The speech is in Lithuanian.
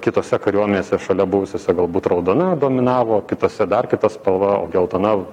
kitose kariuomenėse šalia buvusiose galbūt raudona dominavo kitose dar kita spalva o geltona